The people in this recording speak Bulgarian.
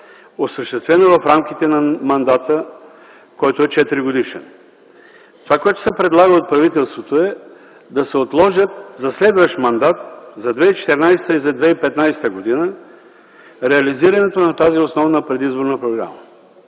осъществена в рамките на мандата, който е 4-годишен. Това, което се предлага от правителството, е да се отложи за следващ мандат, за 2014 и 2015 г., реализирането на тази основна предизборна програма.